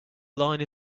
line